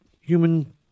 human